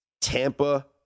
Tampa